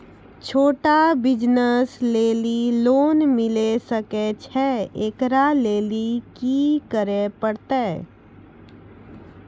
छोटा बिज़नस लेली लोन मिले सकय छै? एकरा लेली की करै परतै